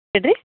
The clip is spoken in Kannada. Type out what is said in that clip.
ಹೇಳಿರಿ